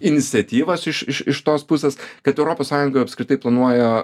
iniciatyvas iš iš iš tos pusės kad europos sąjunga apskritai planuoja